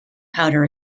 powder